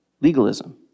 legalism